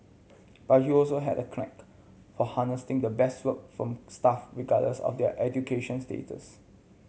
but he also had a knack for harnessing the best work from staff regardless of their education status